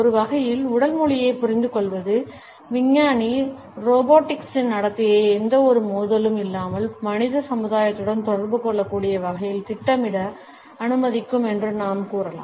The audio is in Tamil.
ஒரு வகையில் உடல் மொழியைப் புரிந்துகொள்வது விஞ்ஞானி ரோபோட்டிக்ஸின் நடத்தையை எந்தவொரு மோதலும் இல்லாமல் மனித சமுதாயத்துடன் தொடர்பு கொள்ளக்கூடிய வகையில் திட்டமிட அனுமதிக்கும் என்று நாம் கூறலாம்